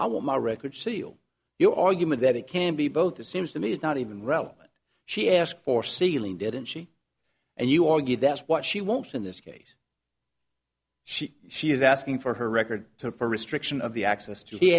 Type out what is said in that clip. i want my record sealed your argument that it can be both it seems to me is not even relevant she asked for sealing didn't she and you argue that's what she wants in this case she she is asking for her record for restriction of the access to he